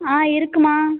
ஆமாம் இருக்கும்மா